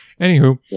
anywho